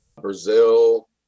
Brazil